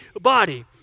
body